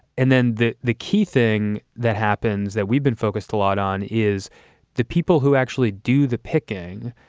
and then the the key thing that happens that we've been focused a lot on is the people who actually do the picking.